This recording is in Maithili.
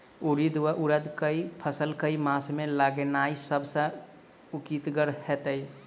उड़ीद वा उड़द केँ फसल केँ मास मे लगेनाय सब सऽ उकीतगर हेतै?